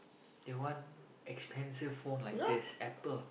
they want expensive phone like this Apple